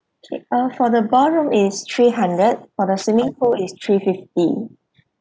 okay uh for the ballroom is three hundred for the swimming pool is three fifty